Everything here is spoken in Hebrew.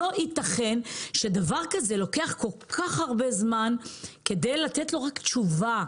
לא ייתכן שדבר כזה לוקח כל כך הרבה זמן כדי לתת לו תשובה,